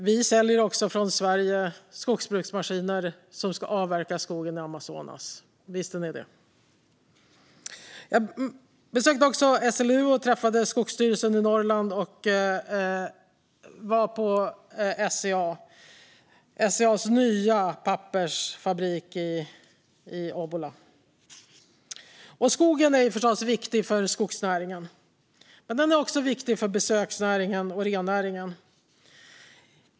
Från Sverige säljer vi skogsbruksmaskiner som ska avverka skogen i Amazonas - visste ni det? Jag besökte också SLU, träffade Skogsstyrelsen i Norrland och var på SCA:s nya pappersfabrik i Obbola. Skogen är viktig för skogsnäringen, men den är också viktig för besöksnäringen och rennäringen.